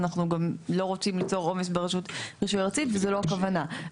אנחנו גם לא רוצים ליצור עומס ברשות רישוי ארצית וזה לא הכוונה,